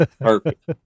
Perfect